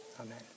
Amen